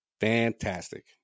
fantastic